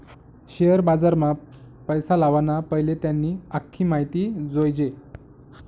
share बजारमा पैसा लावाना पैले त्यानी आख्खी माहिती जोयजे